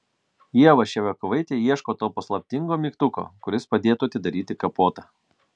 ieva ševiakovaitė ieško to paslaptingo mygtuko kuris padėtų atidaryti kapotą